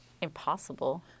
impossible